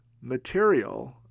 material